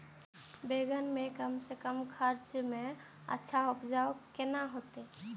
बेंगन के कम से कम खर्चा में अच्छा उपज केना होते?